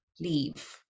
leave